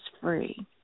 free